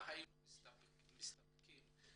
היה מספיק לנו